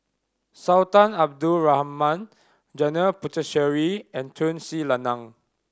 Sultan Abdul Rahman Janil Puthucheary and Tun Sri Lanang